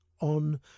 on